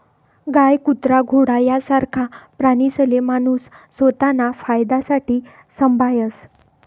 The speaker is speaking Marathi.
गाय, कुत्रा, घोडा यासारखा प्राणीसले माणूस स्वताना फायदासाठे संभायस